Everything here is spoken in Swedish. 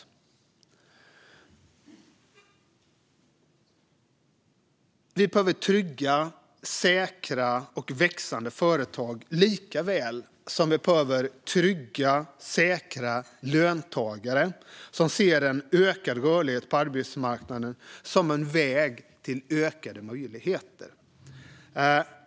För det tredje behöver vi trygga, säkra och växande företag lika väl som trygga och säkra löntagare som ser ökad rörlighet på arbetsmarknaden som en väg till ökade möjligheter.